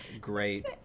great